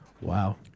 Wow